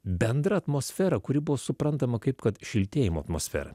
bendra atmosfera kuri buvo suprantama kaip kad šiltėjimo atmosfera